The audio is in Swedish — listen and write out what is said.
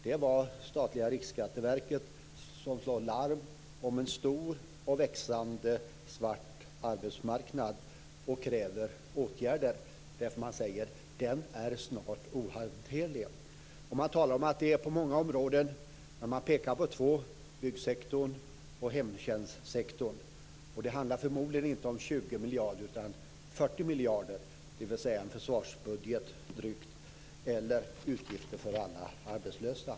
Det var statliga Riksskatteverket som slog larm om en stor och växande svart arbetsmarknad och krävde åtgärder. Man säger att denna snart är ohanterlig. Man talar om att detta gäller många områden, men man pekar på två, byggsektorn och hemtjänstsektorn. Och det handlar förmodligen inte om 20 miljarder utan om 40 miljarder, dvs. i samma storleksordning som försvarsbudgeten eller som utgifterna för alla arbetslösa.